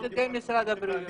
זה בדיוק מה שצריך להבין.